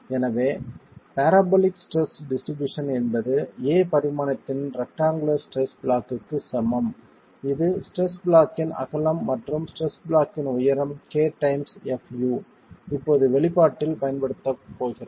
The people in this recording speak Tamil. எனவே பராபோலிக் ஸ்ட்ரெஸ் டிஸ்ட்ரிபியூஷன் என்பது a பரிமாணத்தின் ரெக்டங்குளர் ஸ்ட்ரெஸ் பிளாக்க்கு சமம் இது ஸ்ட்ரெஸ் பிளாக்கின் அகலம் மற்றும் ஸ்ட்ரெஸ் பிளாக்கின் உயரம் k டைம்ஸ் fu இப்போது வெளிப்பாட்டில் பயன்படுத்தப் போகிறது